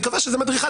היא קבעה שהיא מדריכה.